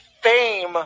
fame